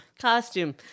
costume